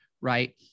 right